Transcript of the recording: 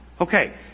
Okay